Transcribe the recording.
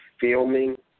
Filming